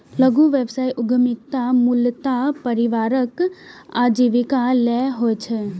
लघु व्यवसाय उद्यमिता मूलतः परिवारक आजीविका लेल होइ छै